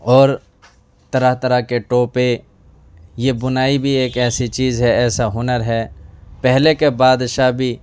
اور طرح طرح کے ٹوپے یہ بنائی بھی ایک ایسی چیج ہے ایسا ہنر ہے پہلے کے بادشاہ بھی